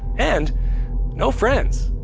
and no friends.